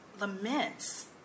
laments